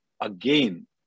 again